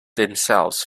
themselves